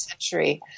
century